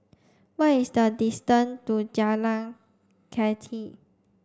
what is the distance to Jalan Kathi